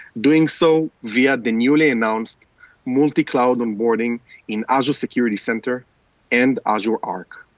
doing so via the newly announced multi-cloud on-boarding in azure security center and azure arc.